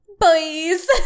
boys